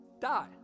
die